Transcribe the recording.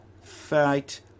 fight